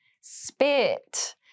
Spit